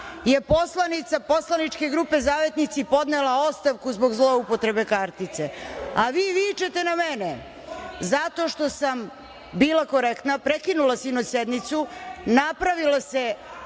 je poslanica poslaničke grupe Zavetnici, podnela ostavku zbog zloupotrebe kartice, a vi vičete na mene, zato što sam bila korektna, prekinula sinoć sednicu, napravila se